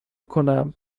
کنم